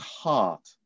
heart